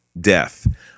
death